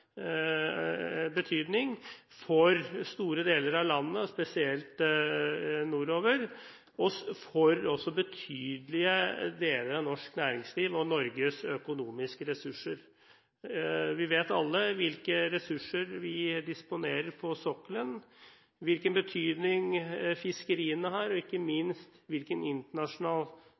betydning for store deler av landet, spesielt nordover, og for betydelige deler av norsk næringsliv og Norges økonomiske ressurser. Vi vet alle hvilke ressurser vi disponerer på sokkelen, hvilken betydning fiskeriene har, og ikke minst hvilken